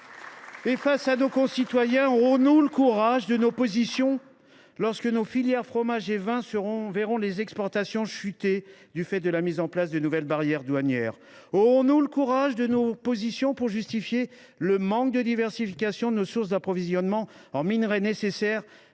Et, face à nos concitoyens, aurons nous le courage de nos positions, lorsque nos filières fromages et vins verront leurs exportations chuter en raison de la mise en place de nouvelles barrières douanières ? Les assumerons nous quand il s’agira de justifier le manque de diversification de nos sources d’approvisionnement en minerais nécessaires à